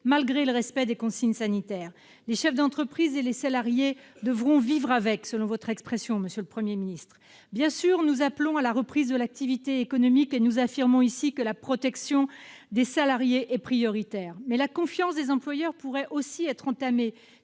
malgré le respect des consignes sanitaires. Les chefs d'entreprise et les salariés devront « vivre avec », selon votre expression, monsieur le Premier ministre. Nous appelons bien sûr à la reprise de l'activité économique, et nous affirmons ici que la protection des salariés est prioritaire, mais la confiance des employeurs pourrait aussi être entamée